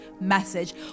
message